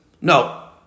No